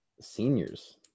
seniors